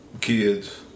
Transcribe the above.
kids